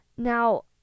Now